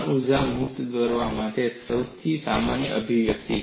તેથી તાણ ઊર્જા મુક્ત દર માટે આ સૌથી સામાન્ય અભિવ્યક્તિ છે